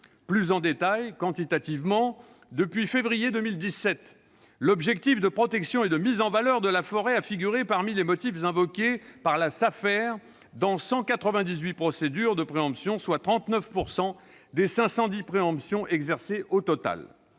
Plus en détail, quantitativement, depuis février 2017, l'objectif de protection et de mise en valeur de la forêt a figuré parmi les motifs invoqués par la Safer dans 198 procédures de préemption, soit 39 % des 510 préemptions exercées au total.